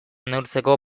neurtzeko